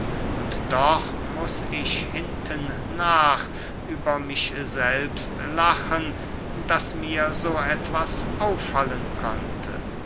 und doch muß ich hintennach über mich selbst lachen daß mir so etwas auffallen konnte